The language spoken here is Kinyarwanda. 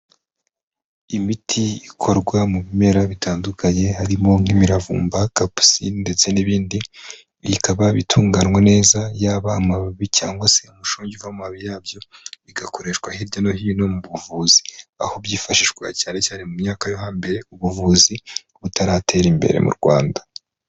Imiti ikorwa mu bimera bitandukanye, harimo nk'imiravumba, kapusini ndetse n'ibindi, bikaba bitunganywa neza, yaba amababi cyangwa se umushogi uva mu mababi yabyo, bigakoreshwa hirya no hino mu buvuzi aho byifashishwaga cyane cyane mu myaka yo hambere, ubuvuzi butaratera imbere mu Rwanda.